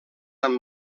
amb